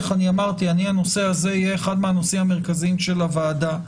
אמרתי שהנושא הזה יהיה אחד הנושאים המרכזיים של הוועדה.